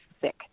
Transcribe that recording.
sick